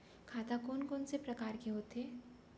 खाता कोन कोन से परकार के होथे?